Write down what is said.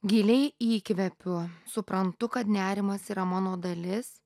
giliai įkvepiu suprantu kad nerimas yra mano dalis